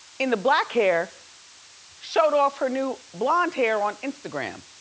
in the black hair showed off her new blonde hair on instagram.